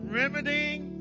remedying